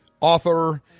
author